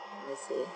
I see